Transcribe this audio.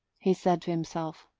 he said to himself,